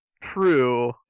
True